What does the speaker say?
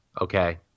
Okay